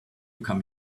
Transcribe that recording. come